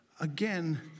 again